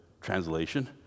translation